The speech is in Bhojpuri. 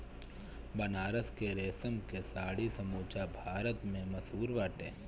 बनारस के रेशम के साड़ी समूचा भारत में मशहूर बाटे